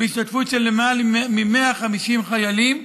בהשתתפות של למעלה מ-150 חיילים,